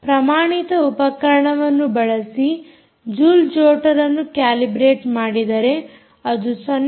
ಪ್ರಮಾಣಿತ ಉಪಕರಣವನ್ನು ಬಳಸಿ ಜೂಲ್ ಜೊಟರ್ ಅನ್ನು ಕ್ಯಾಲಿಬ್ರೆಟ್ ಮಾಡಿದರೆ ಅದು 0